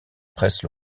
presse